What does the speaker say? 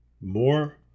more